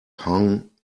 hung